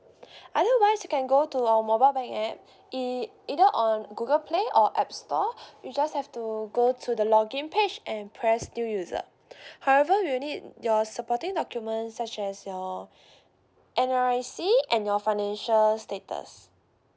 otherwise you can go to our mobile bank app e~ either on google play or app store you just have to go to the login page and press new user however we'll need your supporting documents such as your N_R_I_C and your financial status